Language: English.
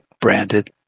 branded